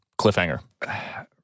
cliffhanger